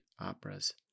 operas